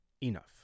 enough